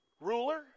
Ruler